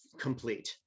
complete